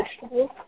vegetables